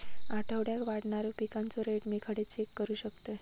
आठवड्याक वाढणारो पिकांचो रेट मी खडे चेक करू शकतय?